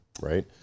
right